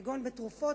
כגון בתרופות,